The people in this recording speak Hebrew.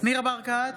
ניר ברקת,